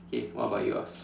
okay what about yours